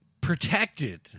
protected